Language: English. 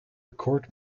record